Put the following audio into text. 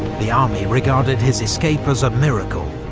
the army regarded his escape as a miracle,